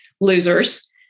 losers